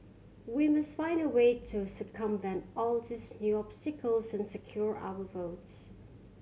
we must find a way to circumvent all these new obstacles and secure our votes